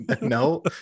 no